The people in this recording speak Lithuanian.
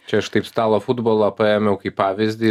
čia aš taip stalo futbolą paėmiau kaip pavyzdį